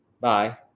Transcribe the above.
bye